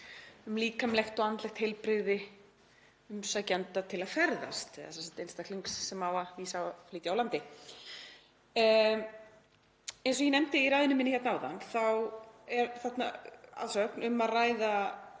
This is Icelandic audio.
um líkamlegt og andlegt heilbrigði umsækjenda til að ferðast, eða sem sagt einstaklings sem á að flytja úr landi. Eins og ég nefndi í ræðu minni áðan þá er þarna, að sögn, um að ræða